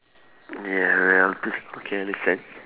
ya ya okay okay understand